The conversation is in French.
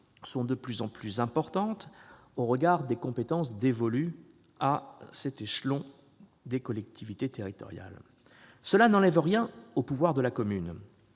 sont de plus en plus importantes au regard des compétences dévolues à cet échelon des collectivités territoriales. Cela n'enlève rien au pouvoir de la commune